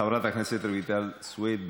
חברת הכנסת רויטל סויד,